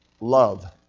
Love